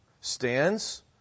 stands